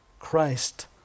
Christ